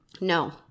No